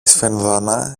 σφενδόνα